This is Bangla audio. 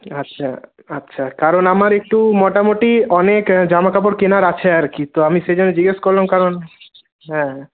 আচ্ছা আচ্ছা কারণ আমার একটু মোটামুটি অনেক জামাকাপড় কেনার আছে আর কি তো আমি সেটা জিজ্ঞেস করলাম কারণ হ্যাঁ